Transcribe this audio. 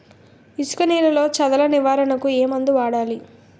ఇసుక నేలలో చదల నివారణకు ఏ మందు వాడాలి?